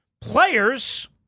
Players